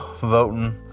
voting